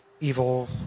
evil